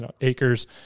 acres